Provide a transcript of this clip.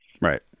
Right